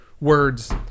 words